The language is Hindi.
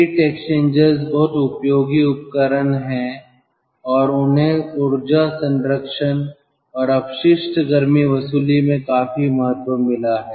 हीट एक्सचेंजर्स बहुत उपयोगी उपकरण हैं और उन्हें ऊर्जा संरक्षण और अपशिष्ट गर्मी वसूली में काफी महत्व मिला है